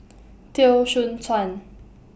Teo Soon Chuan